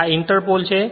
આ ઈંટરપોલ છે